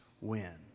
win